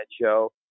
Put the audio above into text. show